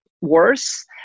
worse